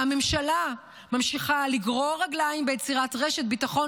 והממשלה ממשיכה לגרור רגליים ביצירת רשת ביטחון